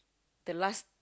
the last